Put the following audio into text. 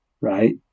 right